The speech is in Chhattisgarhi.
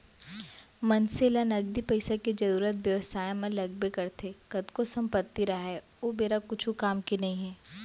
मनसे ल नगदी पइसा के जरुरत बेवसाय म लगबे करथे कतको संपत्ति राहय ओ बेरा कुछु काम के नइ हे